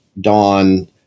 dawn